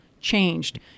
changed